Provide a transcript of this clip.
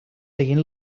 seguint